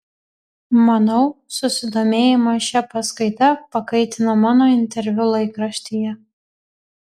manau susidomėjimą šia paskaita pakaitino mano interviu laikraštyje